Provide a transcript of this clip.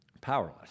powerless